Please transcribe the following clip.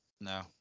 no